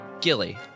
Gilly